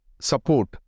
support